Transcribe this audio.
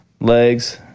legs